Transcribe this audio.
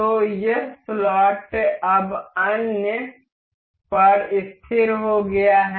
तो यह स्लॉट अब अन्य पर तय हो गया है